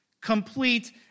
Complete